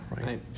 right